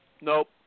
Nope